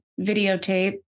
videotape